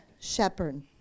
shepherd